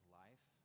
life